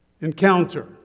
encounter